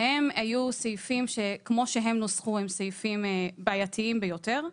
שהסעיפים כמו שנוסחו הם סעיפים בעייתיים ביותר.